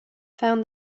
found